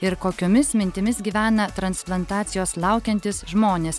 ir kokiomis mintimis gyvena transplantacijos laukiantys žmonės